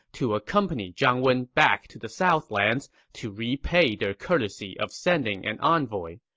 to accompany zhang wen back to the southlands to repay their courtesy of sending an envoy.